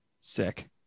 Sick